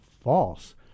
false